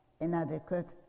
Inadequate